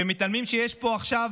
ומתעלמים מזה שיש פה עכשיו